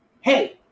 Hey